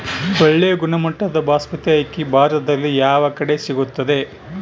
ಒಳ್ಳೆ ಗುಣಮಟ್ಟದ ಬಾಸ್ಮತಿ ಅಕ್ಕಿ ಭಾರತದಲ್ಲಿ ಯಾವ ಕಡೆ ಸಿಗುತ್ತದೆ?